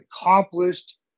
accomplished